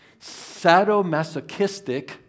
sadomasochistic